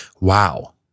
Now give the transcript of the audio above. Wow